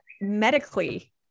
medically